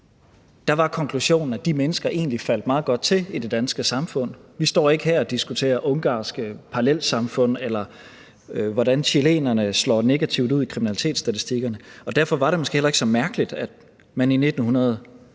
Der var konklusionen, at de mennesker egentlig faldt meget godt til i det danske samfund; vi står ikke her og diskuterer ungarske parallelsamfund, eller hvordan chilenerne slår negativt ud i kriminalitetsstatistikkerne. Og derfor var det måske heller ikke så mærkeligt, at man i 1983